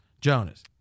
Jonas